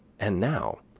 and now,